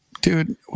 Dude